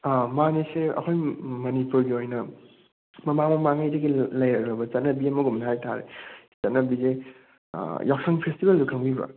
ꯑꯥ ꯃꯥꯟꯅꯤ ꯁꯦ ꯑꯩꯈꯣꯏ ꯃꯅꯤꯄꯨꯔꯒꯤ ꯑꯣꯏꯅ ꯃꯃꯥꯡ ꯃꯃꯥꯡꯉꯩꯗꯒꯤ ꯂꯩꯔꯛꯂꯕ ꯆꯠꯅꯕꯤ ꯑꯃꯒꯨꯝꯕꯅꯦ ꯍꯥꯏꯇꯥꯔꯦ ꯆꯠꯅꯕꯤꯁꯦ ꯌꯥꯎꯁꯪ ꯐꯦꯁꯇꯤꯕꯦꯜꯗꯨ ꯈꯪꯕꯤꯕ꯭ꯔꯣ